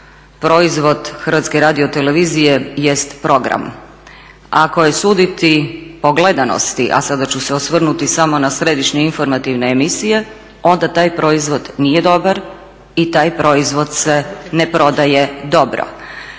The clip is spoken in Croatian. Proizvod HRT-a jest program. Ako je suditi po gledanosti, a sada ću se osvrnuti samo na središnje informativne emisije, onda taj proizvod nije dobar i taj proizvod se ne prodaje dobro.